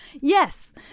Yes